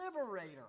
liberator